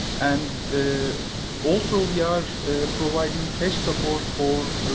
and also we are providing cash support for,